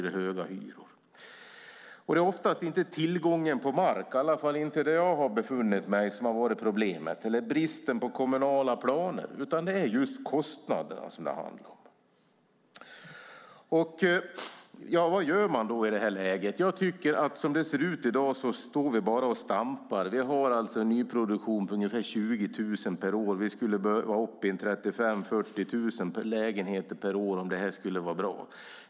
Det är oftast inte tillgången på mark som har varit problemet, i alla fall inte där jag har befunnit mig, och inte heller bristen på kommunala planer. Det är i stället just kostnaderna det handlar om. Vad gör man då i detta läge? Jag tycker att vi som det ser ut i dag bara står och stampar. Vi har en nyproduktion på ungefär 20 000 per år. Vi skulle behöva komma upp i 35 000-40 000 lägenheter per år om det skulle vara bra.